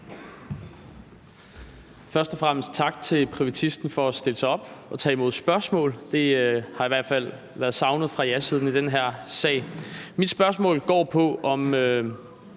Først og fremmest tak til privatisten for at stille sig op på talerstolen og tage imod spørgsmål; det har i hvert fald været savnet fra jasiden i den her sag. Mit spørgsmål går på, om